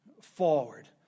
forward